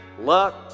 Luck